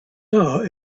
are